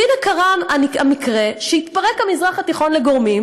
והנה קרה המקרה שהתפרק המזרח התיכון לגורמים